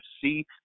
see